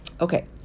Okay